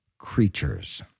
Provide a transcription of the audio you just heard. creatures